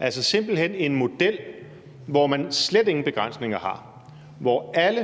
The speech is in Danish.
altså simpelt hen en model, hvor man slet ingen begrænsninger har, hvor man,